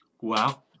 Wow